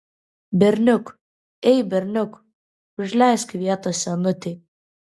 berniuk ei berniuk užleisk vietą senutei